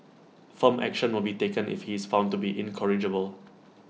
firm action will be taken if he is found to be incorrigible